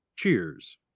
Cheers